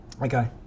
Okay